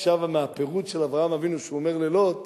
היא שבה מהפירוד של אברהם אבינו, שאומר ללוט: